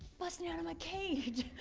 bustin out of my cage.